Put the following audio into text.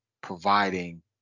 providing